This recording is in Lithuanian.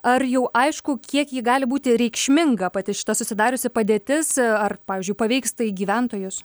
ar jau aišku kiek ji gali būti reikšminga pati šita susidariusi padėtis ar pavyzdžiui paveiks tai gyventojus